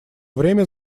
время